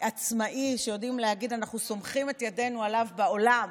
עצמאי שיודעים להגיד: אנחנו סומכים את ידינו עליו בעולם,